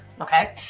okay